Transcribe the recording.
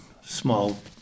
small